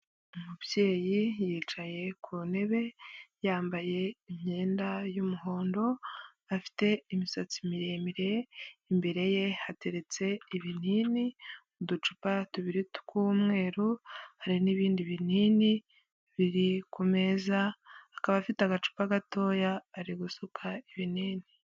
Umubyeyi yicaye ku ntebe yambaye imyenda y'umuhondo afite imisatsi miremire imbere ye hateretse ibinini, uducupa tubiri tw'umweru, hari n'ibindi binini biri ku meza akaba afite agacupa gatoya ari gusuka ibinini.